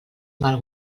mal